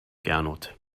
gernot